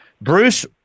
Bruce